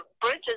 bridges